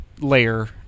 layer